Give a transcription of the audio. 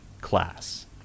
class